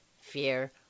fear